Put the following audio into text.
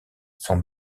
son